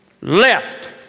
Left